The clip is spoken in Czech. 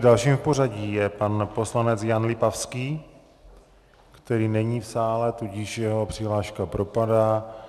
Dalším v pořadí je pan poslanec Jan Lipavský, který není v sále, tudíž jeho přihláška propadá.